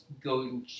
go